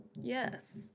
Yes